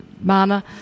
Mana